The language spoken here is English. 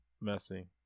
Messy